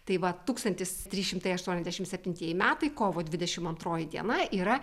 tai va tūkstantis trys šimtai aštuoniasdešimt septintieji metai kovo dvidešimt antroji diena yra